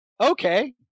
Okay